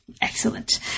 Excellent